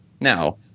Now